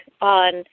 on